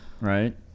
right